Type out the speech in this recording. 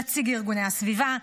נציגי ארגוני הסביבה,